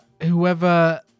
Whoever